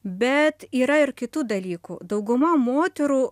bet yra ir kitų dalykų dauguma moterų